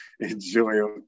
enjoy